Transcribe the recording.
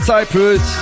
Cyprus